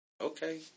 okay